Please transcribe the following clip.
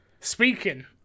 Speaking